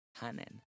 hänen